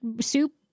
soup